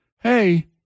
hey